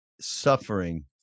Suffering